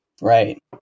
right